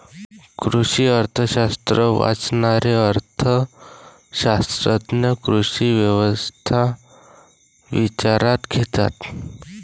कृषी अर्थशास्त्र वाचणारे अर्थ शास्त्रज्ञ कृषी व्यवस्था विचारात घेतात